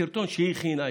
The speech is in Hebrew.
סרטון שהיא הכינה,